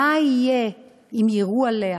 מה יהיה אם יירו עליה,